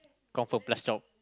confirm plus chop